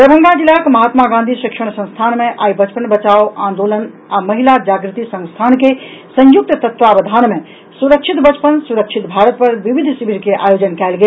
दरभंगा जिलाक महात्मा गांधी शिक्षण संस्थान मे आइ बचपन बचाओ आंदोलन आ महिला जागृति संस्थान के संयुक्त तत्वावधान मे सुरक्षित बचपन सुरक्षित भारत पर विविध शिविर के आयोजन कयल गेल